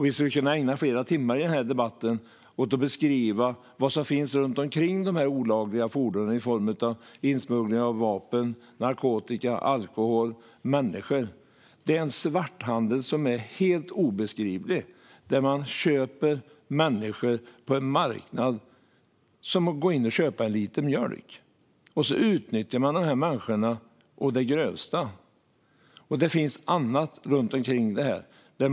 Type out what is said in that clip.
Vi skulle kunna ägna flera timmar i den här debatten åt att beskriva vad som finns runt omkring dessa olagliga fordon i form av insmuggling av vapen, narkotika, alkohol och människor. Det är en svarthandel som är helt obeskrivlig. Man köper människor på en marknad som man går in och köper en liter mjölk, och sedan utnyttjar man dessa människor å det grövsta. Det finns även annat runt omkring det här.